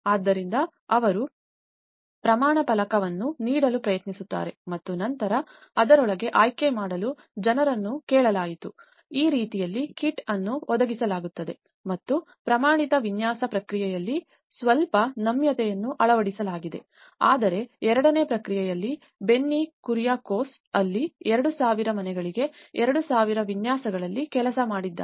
ಆದ್ದರಿಂದ ಅವರು ಪ್ರಮಾಣ ಫಲಕಅನ್ನು ನೀಡಲು ಪ್ರಯತ್ನಿಸುತ್ತಾರೆ ಮತ್ತು ನಂತರ ಅದರೊಳಗೆ ಆಯ್ಕೆ ಮಾಡಲು ಜನರನ್ನು ಕೇಳಲಾಯಿತು ಆದ್ದರಿಂದ ಆ ರೀತಿಯಲ್ಲಿ ಕಿಟ್ ಅನ್ನು ಒದಗಿಸಲಾಗುತ್ತದೆ ಮತ್ತು ಪ್ರಮಾಣಿತ ವಿನ್ಯಾಸ ಪ್ರಕ್ರಿಯೆಯಲ್ಲಿ ಸ್ವಲ್ಪ ನಮ್ಯತೆಯನ್ನು ಅಳವಡಿಸಲಾಗಿದೆ ಆದರೆ ಎರಡನೇ ಪ್ರಕ್ರಿಯೆಯಲ್ಲಿ ಬೆನ್ನಿ ಕುರಿಯಾಕೋಸ್ ಅಲ್ಲಿ 2000 ಮನೆಗಳಿಗೆ 2000 ವಿನ್ಯಾಸಗಳಲ್ಲಿ ಕೆಲಸ ಮಾಡಿದ್ದಾರೆ